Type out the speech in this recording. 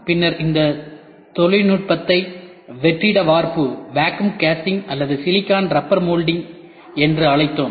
பின்னர் இந்த நுட்பத்தை வெற்றிட வார்ப்பு அல்லது சிலிக்கான் ரப்பர் மோல்டிங் என்று அழைத்தோம்